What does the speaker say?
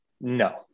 no